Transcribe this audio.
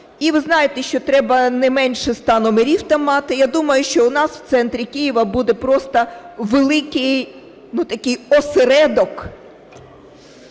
І ви знаєте, що треба не менше 100 номерів там мати. Я думаю, що у нас в центрі Києва буде просто великий такий осередок